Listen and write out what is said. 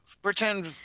Pretend